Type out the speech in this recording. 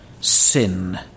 sin